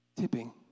tipping